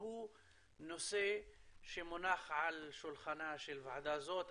הוא נושא שמונח על שולחנה של ועדה זאת.